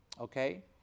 Okay